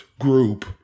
group